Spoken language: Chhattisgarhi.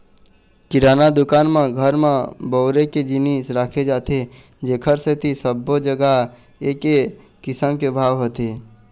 किराना दुकान म घर म बउरे के जिनिस राखे जाथे जेखर सेती सब्बो जघा एके किसम के भाव होथे